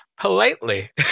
politely